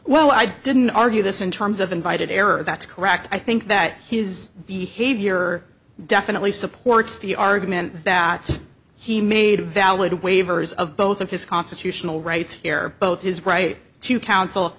well i didn't argue this in terms of invited error that's correct i think that his behavior definitely supports the argument that he made a valid waivers of both of his constitutional rights here both his right to counsel